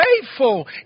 faithful